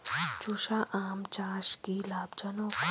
চোষা আম চাষ কি লাভজনক?